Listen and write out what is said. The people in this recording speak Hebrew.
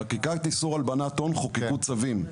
בחקיקת איסור הלבנת הון חוקקו צווים.